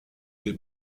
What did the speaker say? des